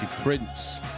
Prince